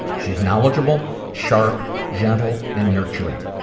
she's knowledgeable, sharp, gentle, and nurturing.